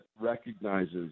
recognizes